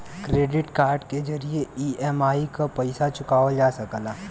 credit card के जरिये EMI क पइसा चुकावल जा सकला